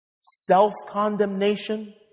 self-condemnation